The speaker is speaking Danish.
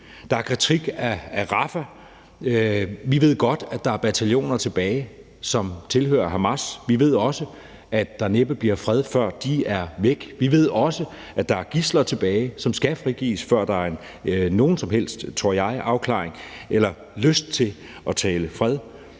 der sker i Rafah. Vi ved godt, at der er bataljoner tilbage, som tilhører Hamas. Vi ved også, at der næppe bliver fred, før de er væk. Vi ved også, at der er gidsler tilbage, som skal frigives, før der er nogen som helst, tror jeg, afklaring eller lyst til at tale fred.